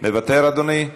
מוותר, אדוני?